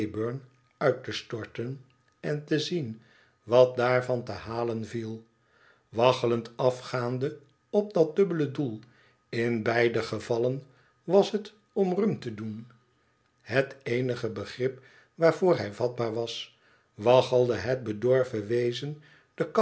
uit te storten en te zien wat daarvan te hsden viel waggelend afgaande op dat dubbele doel in beide gevallen was het om rum te doen het eenige begrip waarvoor hij vatbaar was waggelde het bedorven wezen de